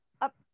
up